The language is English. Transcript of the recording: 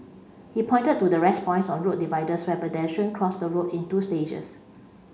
he pointed to the rest points on road dividers where pedestrian cross the road in two stages